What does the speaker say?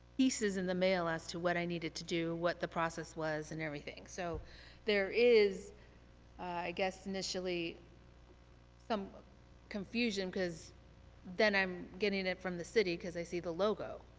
pieces in the mail as to what i needed to do, what the process was and everything. so there is i guess initially some confusion because then i'm getting it from the city because i see the logo.